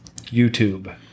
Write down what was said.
YouTube